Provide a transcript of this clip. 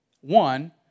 One